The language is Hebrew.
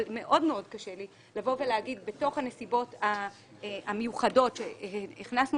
אבל מאוד קשה לי להגיד בתוך הנסיבות המיוחדות שהכנסנו